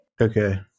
Okay